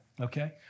Okay